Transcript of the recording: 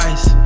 Ice